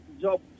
job